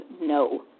no